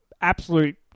absolute